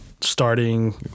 starting